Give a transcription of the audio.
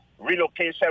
relocation